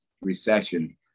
Recession